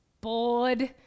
bored